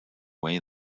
way